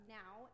now